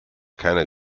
keiner